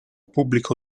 pubblico